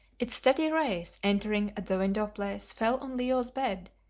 its steady rays entering at the window-place fell on leo's bed,